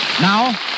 Now